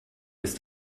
ist